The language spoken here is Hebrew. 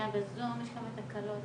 צהריים